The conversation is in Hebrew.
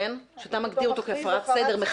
שאתה מגדיר אותו כהפרת סדר,